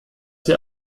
wir